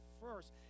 first